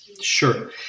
Sure